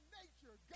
nature